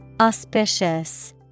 Auspicious